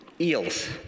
eels